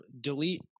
delete